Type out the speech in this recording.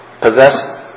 Possess